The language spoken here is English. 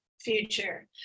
future